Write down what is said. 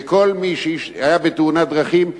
וכל מי שהיה בתאונת דרכים,